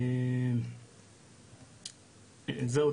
זהו.